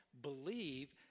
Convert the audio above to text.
believe